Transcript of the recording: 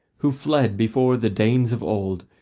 who fled before the danes of old,